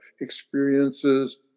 experiences